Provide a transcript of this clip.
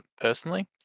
personally